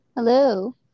Hello